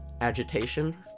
agitation